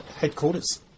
headquarters